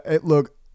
Look